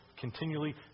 continually